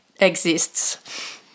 exists